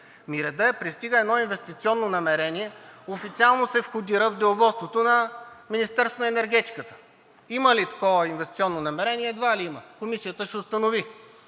е, пристига едно инвестиционно намерение, официално се входира в Деловодството на Министерството на енергетиката. Има ли такова инвестиционно намерение? Едва ли има – Комисията ще установи.